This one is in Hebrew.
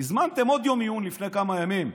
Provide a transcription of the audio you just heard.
הזמנתם עוד יום עיון לפני כמה ימים,